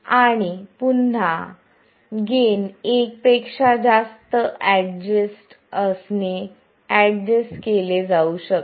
आणि पुन्हा गेन एक पेक्षा जास्त असणे ऍडजस्ट केले जाऊ शकते